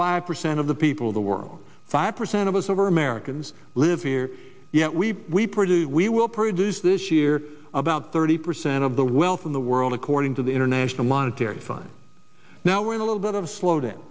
five percent of the people of the world five percent of us over americans live here yet we we produce we will produce this year about thirty percent of the wealth in the world according to the international monetary fund now we're in a little bit of slow